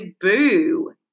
boo